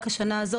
רק השנה הזאת,